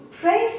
pray